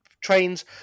trains